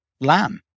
lamb